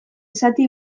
zati